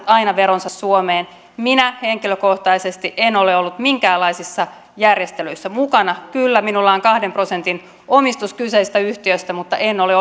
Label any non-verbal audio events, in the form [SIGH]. [UNINTELLIGIBLE] aina veronsa suomeen minä henkilökohtaisesti en ole ollut minkäänlaisissa järjestelyissä mukana kyllä minulla on kahden prosentin omistus kyseisestä yhtiöstä mutta en ole [UNINTELLIGIBLE]